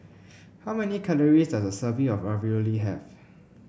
how many calories does a serving of Ravioli have